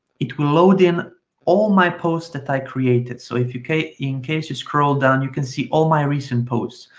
it will load in all my posts that i created, so if you in case you scroll down, you can see all my recent posts.